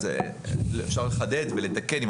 אפשר לחדד ולתקן,